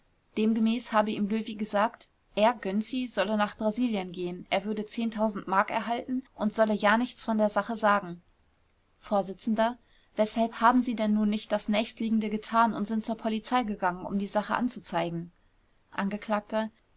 demgemäß habe ihm löwy gesagt er gönczi solle nach brasilien gehen er würde m erhalten und solle ja nichts von der sache sagen vors weshalb haben sie denn nun nicht das nächstliegende getan und sind zur polizei gegangen um die sache anzuzeigen